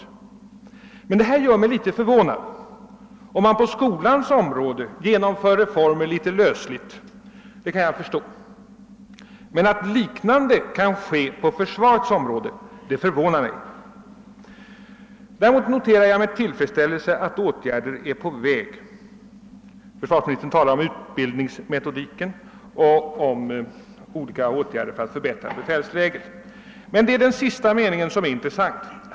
Men vad han här säger i svaret gör mig litet förvånad. Att man på skolans område genomför reformer litet lösligt kan jag förstå, men att något liknande kan få förekomma på försvarets område förvånar mig. Däremot noterar jag med tillfredsställelse att åtgärder är på väg — försvarsministern talar om utbildningsmetodiken och olika åtgärder för att förbättra befälsläget. Men det är den sista meningen i svaret som är intressant.